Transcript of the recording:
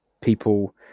people